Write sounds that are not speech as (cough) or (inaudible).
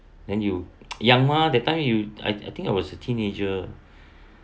then you (noise) young mah that time you I I think I was a teenager